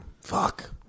Fuck